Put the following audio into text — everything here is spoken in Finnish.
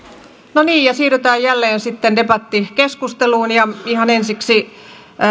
no niin ja siirrytään jälleen sitten debattikeskusteluun ihan ensiksi